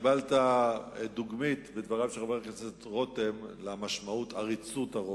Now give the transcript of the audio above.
קיבלת דוגמית בדבריו של חבר הכנסת רותם למשמעות עריצות הרוב.